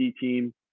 team